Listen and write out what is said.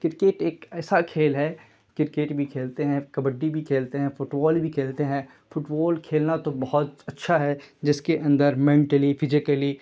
cricket ایک ایسا کھیل ہے کرکیٹ بھی کھیلتے ہیں کبڈی بھی کھیلتے ہیں فٹبال بھی کھیلتے ہیں فٹبال کھیلنا تو بہت اچھا ہے جس کے اندر مینٹلی پھجیکلی